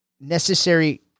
necessary